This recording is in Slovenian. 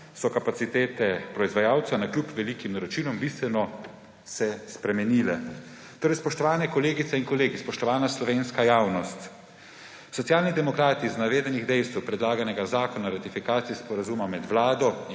se kapacitete proizvajalcev navkljub velikim naročilom bistveno spremenile. Spoštovani kolegice in kolegi, spoštovana slovenska javnost, Socialni demokrati iz navedenih dejstev predlaganega zakona o ratifikaciji Sporazuma med Vlado